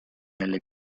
nelle